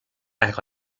act